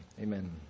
amen